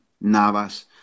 Navas